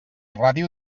ràdio